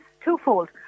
twofold